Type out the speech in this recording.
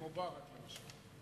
עם מובארק, למשל.